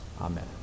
Amen